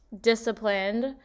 disciplined